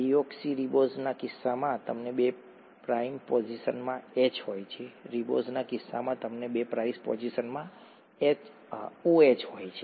ડિઓક્સિરીબોઝના કિસ્સામાં તમને બે પ્રાઇમ પોઝિશનમાં એચ હોય છે રિબોઝના કિસ્સામાં તમને બે પ્રાઇમ પોઝિશનમાં ઓએચ હોય છે